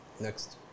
Next